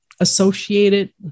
associated